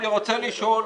אני רוצה לשאול,